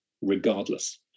regardless